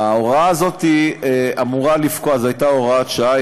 ההוראה הזאת הייתה הוראת שעה,